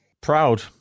Proud